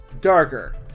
darker